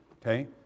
okay